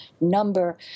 number